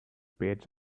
page